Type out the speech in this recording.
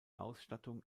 ausstattung